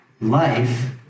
life